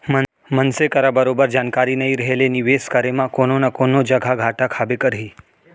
मनसे करा बरोबर जानकारी नइ रहें ले निवेस करे म कोनो न कोनो जघा घाटा खाबे करही